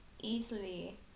easily